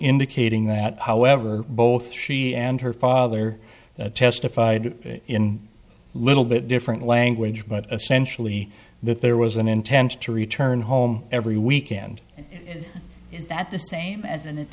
indicating that however both she and her father testified in a little bit different language but essentially that there was an intent to return home every weekend is that the same as an